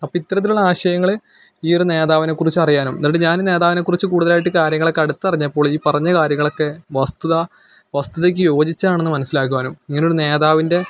അപ്പം ഇത്തരത്തിലുള്ള ആശയങ്ങൾ ഈയൊരു നേതാവിനെ കുറിച്ചറിയാനും എന്നിട്ട് ഞാനീ നേതാവിനെക്കുറിച്ച് കൂടുതലായിട്ട് കാര്യങ്ങളൊക്കെ അടുത്തറിഞ്ഞപ്പോൾ ഈ പറഞ്ഞ കാര്യങ്ങളൊക്കെ വസ്തുത വസ്തുതയ്ക്ക് യോജിച്ചതാണെന്ന് മനസ്സിലാക്കുവാനും ഇങ്ങനെ ഒരു ഞാൻ